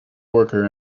worker